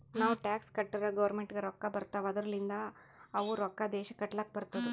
ನಾವ್ ಟ್ಯಾಕ್ಸ್ ಕಟ್ಟುರ್ ಗೌರ್ಮೆಂಟ್ಗ್ ರೊಕ್ಕಾ ಬರ್ತಾವ್ ಅದೂರ್ಲಿಂದ್ ಅವು ರೊಕ್ಕಾ ದೇಶ ಕಟ್ಲಕ್ ಬರ್ತುದ್